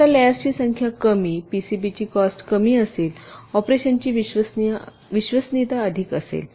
आता लेयर्सची संख्या कमी पीसीबी ची कॉस्ट कमी असेल ऑपरेशनची विश्वसनीयता अधिक असेल